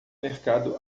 mercado